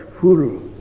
full